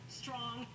strong